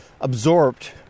absorbed